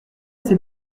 ces